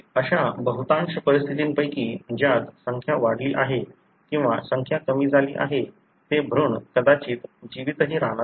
अशा बहुतांश परिस्थितींपैकी ज्यात संख्या वाढली आहे किंवा संख्या कमी झाली आहे ते भ्रूण कदाचित जिवंतही राहणार नाही